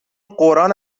قرآن